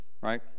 right